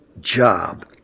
job